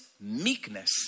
meekness